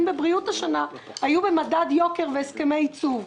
בבריאות השנה היו במדד יוקר והסכמי ייצוב.